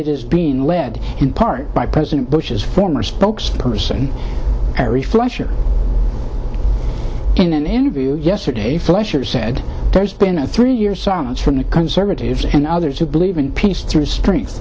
it is being led in part by president bush's former spokesperson ari fleischer in an interview yesterday fleischer said there's been a three year silence from the conservatives and others who believe in peace through streng